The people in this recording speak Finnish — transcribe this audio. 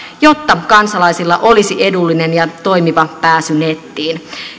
jotta kansalaisilla olisi edullinen ja toimiva pääsy nettiin